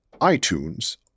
iTunes